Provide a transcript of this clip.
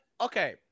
okay